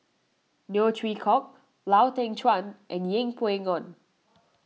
Neo Chwee Kok Lau Teng Chuan and Yeng Pway Ngon